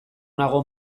nago